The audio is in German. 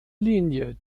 linie